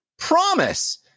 promise